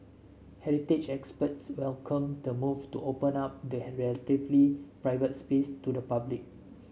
heritage experts welcomed the move to open up the relatively private space to the public